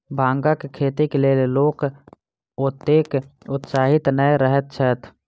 भांगक खेतीक लेल लोक ओतेक उत्साहित नै रहैत छैथ